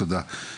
תודה.